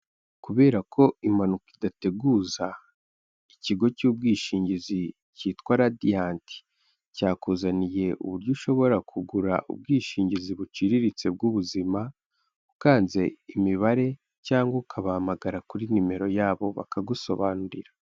Kubera ko impanuka idateguza, ikigo cy'ubwishingizi cyitwa radianti cyakuzaniye uburyo ushobora kugura ubwishingizi buciriritse bw'ubuzima ukanze imibare cyangwa ukabahamagara kuri nimero yabo bakagusobanurira.